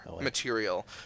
material